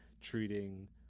treating